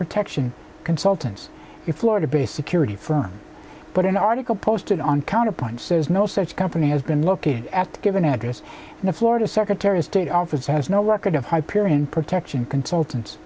protection consultants to florida based security firm but an article posted on counterpoint says no such company has been looking at a given address and the florida secretary of state office has no record of hyperion protection consultant